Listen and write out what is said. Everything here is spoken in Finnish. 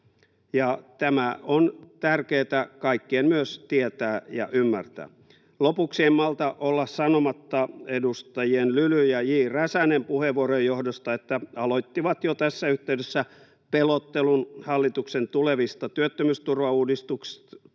tämä on tärkeätä kaikkien myös tietää ja ymmärtää. Lopuksi en malta olla sanomatta edustajien Lyly ja J. Räsänen puheenvuorojen johdosta, että he aloittivat jo tässä yhteydessä pelottelun hallituksen tulevista työttömyysturvauudistuksista.